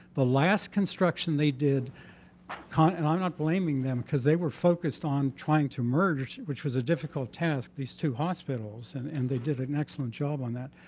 the last construction they did and i'm not blaming them because they were focused on trying to merge which was a difficult task, these two hospitals. and and they did an excellent job on that.